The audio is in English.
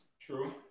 True